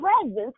presence